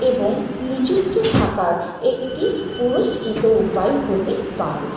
এবং নিযুক্ত থাকার একটি পুরস্কৃত উপায় হতে পারে